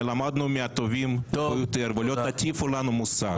למדנו מהטובים ביותר ולא תטיפו לנו מוסר,